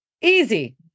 easy